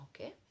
okay